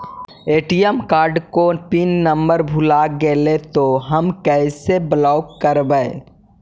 ATM card को pin number भुला गैले तौ हम कैसे ब्लॉक करवै?